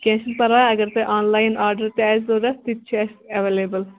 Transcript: کینٛہہ چھُنہٕ پَرواے اگر تۄہہِ آن لاین آرڈَر تہِ آسہِ ضروٗرت تہِ تہِ چھُ اَسہِ ایویلیبٕل